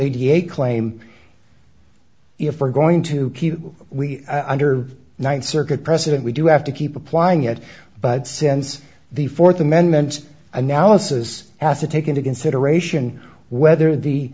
a claim if we're going to keep we under ninth circuit precedent we do have to keep applying it but since the fourth amendment analysis has to take into consideration whether the